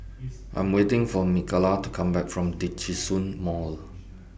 I'm waiting For Mikalah to Come Back from Djitsun Mall